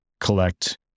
collect